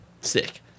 sick